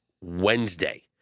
Wednesday